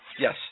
Yes